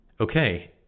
okay